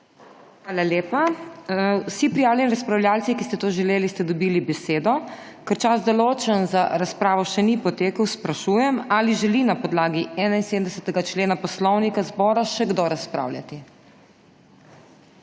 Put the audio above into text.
Hvala lepa. Vsi prijavljeni razpravljavci, ki ste to želeli, ste dobili besedo. Ker čas, določen za razpravo, še ni potekel, sprašujem, ali želi na podlagi 71. člena Poslovnika Državnega zbora še kdo razpravljati.